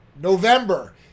November